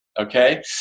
okay